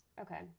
Okay